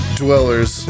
dwellers